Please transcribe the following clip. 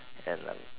and a